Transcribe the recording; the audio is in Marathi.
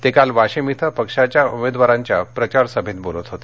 ते काल वाशिम इथं पक्षाच्या उमेदवारांच्या प्रचार सभेत बोलत होते